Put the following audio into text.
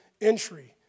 entry